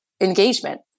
engagement